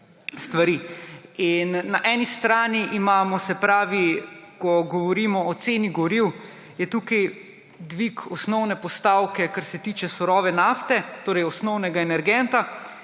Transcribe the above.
stvari. Na eni strani imamo, se pravi, ko govorimo o ceni goriv, je tukaj dvig osnovne postavke, kar se tiče surove nafte, torej osnovnega energenta,